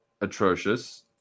atrocious